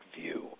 view